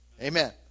Amen